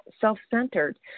self-centered